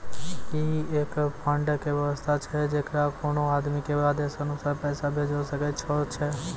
ई एक फंड के वयवस्था छै जैकरा कोनो आदमी के आदेशानुसार पैसा भेजै सकै छौ छै?